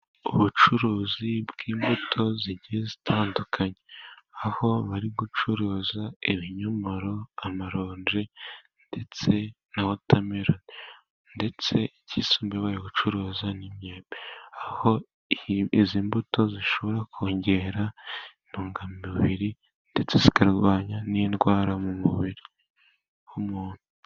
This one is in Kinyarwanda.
Ubucuruzi bw'imbuto zigiye zitandukanye, aho bari gucuruza: ibinyomoro, amaronji, ndetse na wotameroni. Ndetse ikisumbuyeho bari gucuruza n'imyembe, aho izi mbuto zishobora kongera intungamubiri, ndetse zikarwanya n'indwara mu mubiri w'umuntu.